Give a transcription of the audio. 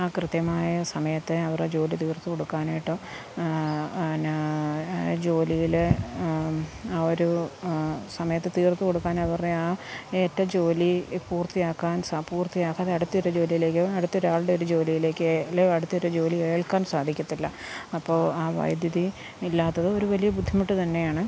ആ കൃത്യമായ സമയത്ത് അവരുടെ ജോലി തീർത്തു കൊടുക്കാനായിട്ടോ എന്നാ ജോലിയില് ആ ഒരു സമയത്ത് തീർത്തു കൊടുക്കാൻ അവരുടെ ആ ഏറ്റ ജോലി പൂർത്തിയാക്കാൻ പൂർത്തിയാക്കാതെ അടുത്ത ഒരു ജോലിയിലേക്കോ അടുത്ത ഒരാളുടെ ഒരു ജോലിയിലെക്കോ അടുത്ത ഒരു ജോലി ഏൽക്കാൻ സാധിക്കത്തില്ല അപ്പോൾ ആ വൈദ്യുതി ഇല്ലാത്തത് ഒരു വലിയ ബുദ്ധിമുട്ട് തന്നെയാണ്